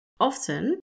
Often